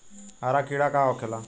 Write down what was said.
हरा कीड़ा का होखे ला?